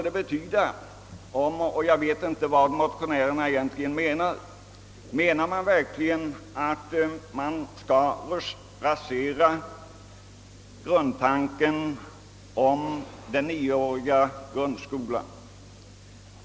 Menar motionärerna verkligen att vi skall rasera grundtanken om den 9-åriga grundskolan?